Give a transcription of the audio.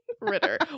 Ritter